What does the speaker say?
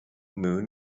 moon